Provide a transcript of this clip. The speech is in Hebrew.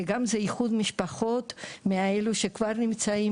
כי גם זה איחוד משפחות עם אלו שכבר נמצאים